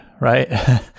right